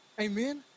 Amen